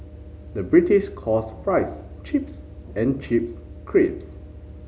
the British calls fries chips and chips crisps